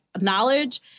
knowledge